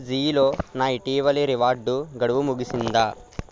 జీలో నా ఇటీవలె రివార్డ్ గడువు ముగిసిందా